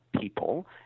people